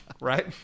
Right